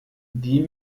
die